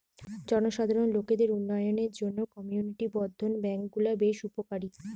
জনসাধারণ লোকদের উন্নয়নের জন্যে কমিউনিটি বর্ধন ব্যাংক গুলো বেশ উপকারী